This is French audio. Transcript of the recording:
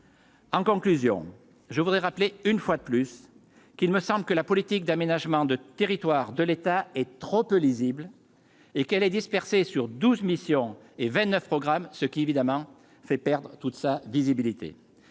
En conclusion, je voudrais rappeler une fois de plus, qu'il me semble que la politique d'aménagement de territoire de l'État et trop peu lisible et qu'elle est dispersée sur 12 missions et 29 programmes ce qui évidemment fait perdre toute sa visibilité,